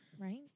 Right